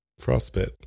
frostbit